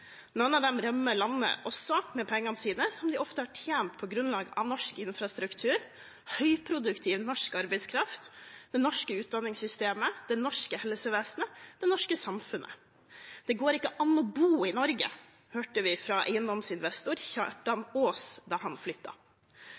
Noen av dem rømmer også landet med pengene sine, som de ofte har tjent på grunnlag av norsk infrastruktur, høyproduktiv norsk arbeidskraft, det norske utdanningssystemet, det norske helsevesenet, det norske samfunnet. Det går ikke an å bo i Norge, hørte vi fra eiendomsinvestor Kjartan Aas, da han